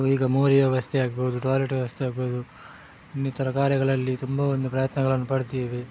ಈಗ ಮೋರಿಯ ವ್ಯವಸ್ಥೆ ಆಗ್ಬೋದು ಟಾಯ್ಲೆಟ್ ವ್ಯವಸ್ಥೆ ಆಗ್ಬೋದು ಇನ್ನಿತರ ಕಾರ್ಯಗಳಲ್ಲಿ ತುಂಬ ಒಂದು ಪ್ರಯತ್ನಗಳನ್ನು ಪಡ್ತೀವಿ